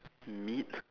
meat